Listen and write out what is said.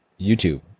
YouTube